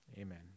Amen